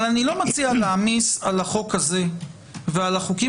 אבל אני לא מציע להעמיס על החוק הזה ועל הבאים